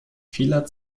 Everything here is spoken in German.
vieler